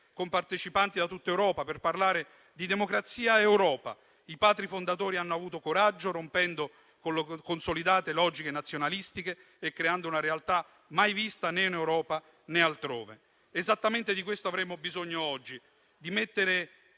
con partecipanti da tutta Europa, per parlare di democrazia ed Europa. I padri fondatori hanno avuto coraggio, rompendo consolidate logiche nazionalistiche e creando una realtà mai vista né in Europa né altrove. Esattamente di questo avremmo bisogno oggi: di mettere